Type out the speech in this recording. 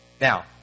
Now